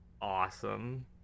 awesome